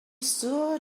sure